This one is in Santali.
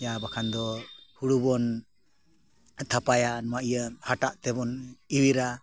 ᱡᱟᱦᱟᱸ ᱵᱟᱠᱷᱟᱱ ᱫᱚ ᱦᱩᱲᱩ ᱵᱚᱱ ᱛᱷᱟᱯᱟᱭᱟ ᱱᱚᱣᱟ ᱤᱭᱟᱹ ᱦᱟᱴᱟᱜ ᱛᱮᱵᱚᱱ ᱮᱣᱮᱨᱟ